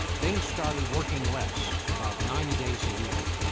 bing started working less, about ninety days a year.